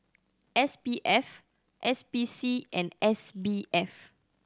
S P F S P C and S B F